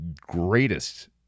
greatest